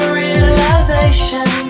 realization